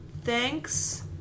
Thanks